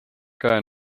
käe